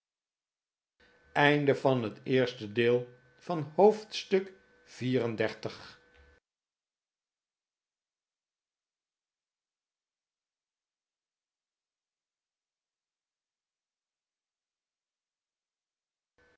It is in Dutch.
oosten van het westen van het